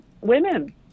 women